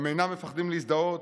הם אינם מפחדים להזדהות,